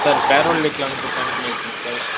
sir farewell வைக்கிளாண்ட்டு plan பண்ணி இருக்கங்க சார்